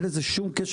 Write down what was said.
אין לזה שום קשר.